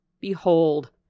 behold—